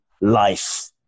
life